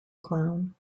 clown